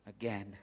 again